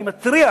אני מתריע